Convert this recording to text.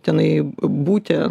tenai būti